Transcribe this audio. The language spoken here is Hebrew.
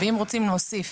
ואם רוצים להוסיף